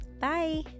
bye